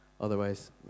otherwise